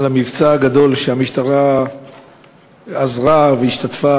על המבצע הגדול, שהמשטרה עזרה והשתתפה,